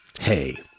Hey